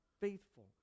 faithful